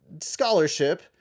scholarship